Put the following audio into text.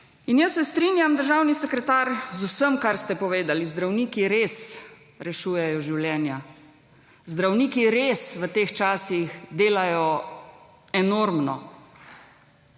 Jaz se strinjam, državni sekretar, z vsem, kar ste povedali. Zdravniki res rešujejo življenja, zdravniki res v teh časih delajo enormno,